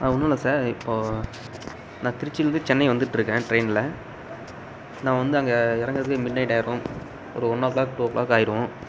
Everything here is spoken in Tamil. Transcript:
ஆ ஒன்னுல்லை சார் இப்போது நான் திருச்சிலேருந்து சென்னை வந்துட்டிருக்கேன் ட்ரெயினில் நான் வந்து அங்கே இறங்குறதுக்கு மிட்நைட் ஆயிடும் ஒரு one o'clock two o'clock ஆயிரும்